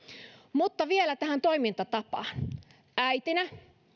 mutta vielä tähän toimintatapaan äitinä